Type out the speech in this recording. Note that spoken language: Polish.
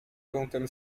kątem